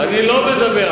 אני לא מדבר.